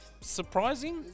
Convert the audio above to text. surprising